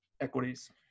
equities